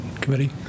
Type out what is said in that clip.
committee